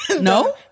No